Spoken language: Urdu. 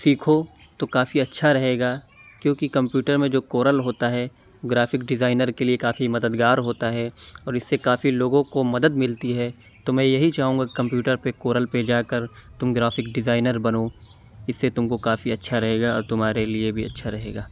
سیکھو تو کافی اچھا رہے گا کیوں کہ کمپیوٹر میں جو کورل ہوتا ہے گرافک ڈیزائنر کے لیے کافی مددگار ہوتا ہے اور اِس سے کافی لوگوں کو مدد ملتی ہے تو میں یہی چاہوں گا کمپیوٹر پہ کورل پہ جا کر تم گرافک ڈیزائنر بنو اِس سے تم کو کافی اچھا رہے گا اور تمہارے لیے بھی اچھا رہے گا